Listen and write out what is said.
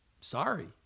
Sorry